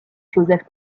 józef